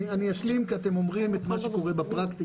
אני אשלים כי אתם אומרים את מה שקורה בפרקטיקה.